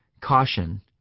caution